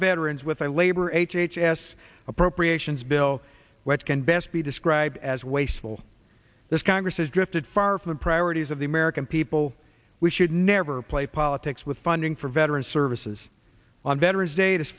veterans with high labor h h s appropriations bill which can best be described as wasteful this congress has drifted far from the priorities of the american people we should never play politics with funding for veteran services on veterans day it is